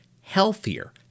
healthier